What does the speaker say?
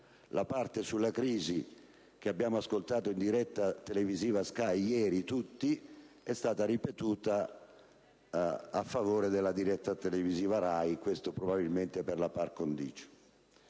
la parte sulla crisi, che abbiamo ascoltato ieri in diretta televisiva SKY, è stata ripetuta a favore della diretta televisiva RAI (probabilmente per la *par condicio*).